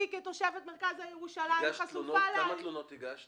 אני כתושבת מרכז העיר ירושלים --- כמה תלונות הגשת?